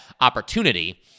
opportunity